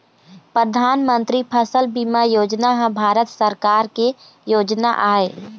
परधानमंतरी फसल बीमा योजना ह भारत सरकार के योजना आय